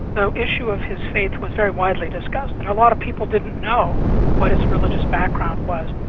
the issue of his faith was very widely discussed, and a lot of people didn't know what his religious background was.